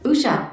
Usha